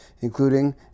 including